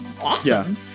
awesome